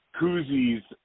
Koozie's